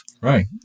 Right